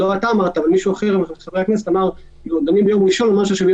איתן, הקואליציה המחורבנת הזאת היא קואליציה שלך.